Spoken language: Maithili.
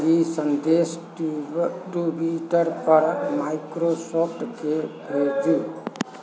ई सन्देश ट्वि ट्विटरपर माइक्रोसॉफ्टकेँ भेजू